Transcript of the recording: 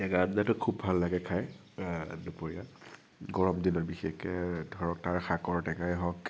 টেঙা আঞ্জাটো খুব ভাল লাগে খায় দুপৰীয়া গৰম দিনত বিশেষকৈ ধৰক তাৰ শাকৰ টেঙাই হওঁক